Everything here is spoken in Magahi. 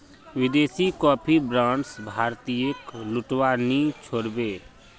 विदेशी कॉफी ब्रांड्स भारतीयेक लूटवा नी छोड़ बे